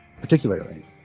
particularly